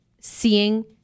seeing